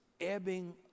ebbing